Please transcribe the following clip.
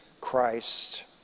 Christ